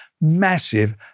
massive